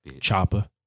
chopper